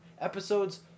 Episodes